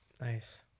Nice